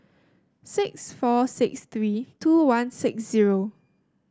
six four six three two one six zero